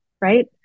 right